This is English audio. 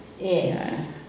Yes